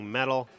Metal